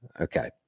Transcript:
Okay